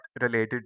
related